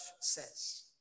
says